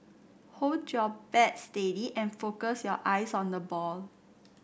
hold your bat steady and focus your eyes on the ball